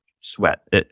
sweat